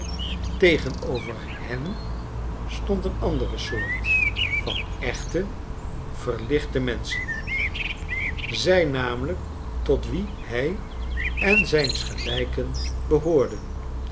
tegenover hen stond een andere soort van echte verlichte menschen zij namelijk tot wie hij en zijns gelijken behoorden